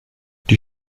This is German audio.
die